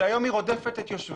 שהיום היא רודפת את יושביה.